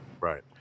Right